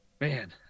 Man